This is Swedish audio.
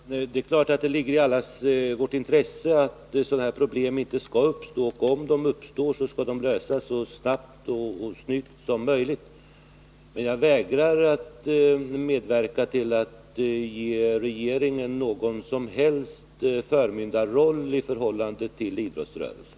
Herr talman! Det är klart att det ligger i allas vårt intresse att sådana här problem inte uppstår, och om de uppstår skall de lösas så snabbt och snyggt som möjligt. Men jag vägrar att medverka till att ge regeringen någon som helst förmyndarroll i förhållande till idrottsrörelsen.